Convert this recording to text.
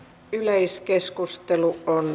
yleiskeskustelu päättyi